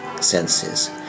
senses